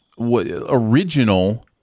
original